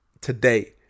today